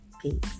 Peace